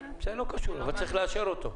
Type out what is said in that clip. זה לא קשור, אבל צריך לאשר אותו.